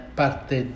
parte